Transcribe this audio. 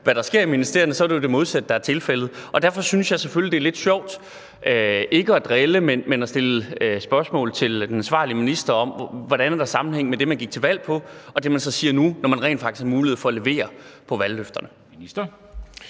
hvad der sker i ministerierne, så ser man, at det jo er det modsatte, der er tilfældet. Derfor synes jeg selvfølgelig, at det er lidt sjovt ikke at drille, men stille spørgsmål til den ansvarlige minister om, hvordan det, man så siger nu, hænger sammen med det, man gik til valg på, når man rent faktisk har mulighed for at levere på valgløfterne.